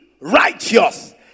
righteous